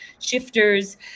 shifters